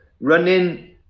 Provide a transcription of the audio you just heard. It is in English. running